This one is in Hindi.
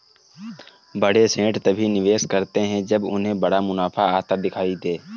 बड़े सेठ तभी निवेश करते हैं जब उन्हें बड़ा मुनाफा आता दिखाई दे